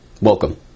Welcome